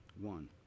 One